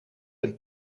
een